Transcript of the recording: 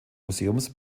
museums